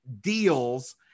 deals